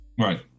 Right